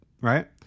Right